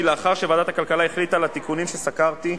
כי לאחר שוועדת הכלכלה החליטה על התיקונים שסקרתי,